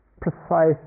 precise